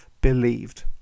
believed